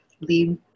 leave